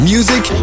Music